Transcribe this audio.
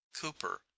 cooper